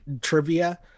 trivia